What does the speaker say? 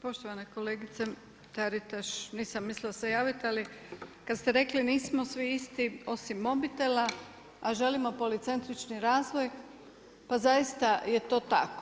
Poštovana kolegice Taritaš, nisam se mislila javiti, ali kada ste rekli nismo svi isti osim mobitela, a želimo policentrični razvoj pa zaista je to tako.